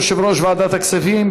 יושב-ראש ועדת הכספים,